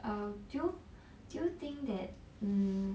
err do you do you think that mm